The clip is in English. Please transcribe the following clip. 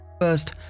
First